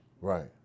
Right